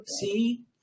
See